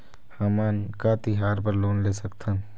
हमन का तिहार बर लोन ले सकथन?